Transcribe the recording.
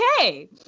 Okay